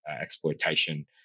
exploitation